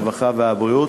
הרווחה והבריאות.